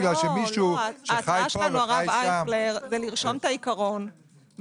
אז לאשום את העיקרון,